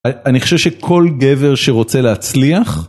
אני חושב שכל גבר שרוצה להצליח